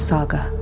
Saga